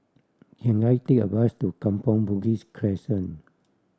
can I take a bus to Kampong Bugis Crescent